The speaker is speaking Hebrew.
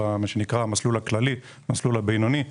הכללי.